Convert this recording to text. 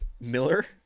Miller